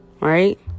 Right